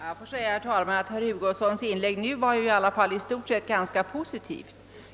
Herr talman! Herr Hugossons senaste inlägg var ju i alla fall i stort sett ganska positivt.